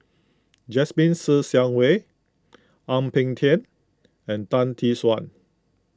Jasmine Ser Xiang Wei Ang Peng Tiam and Tan Tee Suan